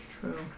True